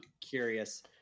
curious